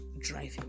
driving